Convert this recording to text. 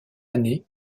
année